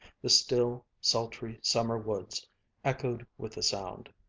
the still, sultry summer woods echoed with the sound.